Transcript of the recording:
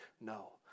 No